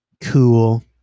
cool